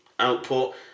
output